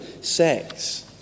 sex